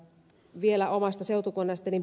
vielä omasta seutukunnastani